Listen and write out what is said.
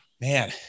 Man